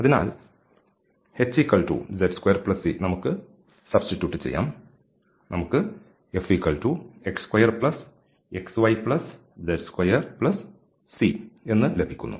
അതിനാൽ hz2c നമുക്ക് പകരം വയ്ക്കാം നമുക്ക് fx2xyz2c എന്ന് ലഭിക്കുന്നു